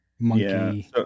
monkey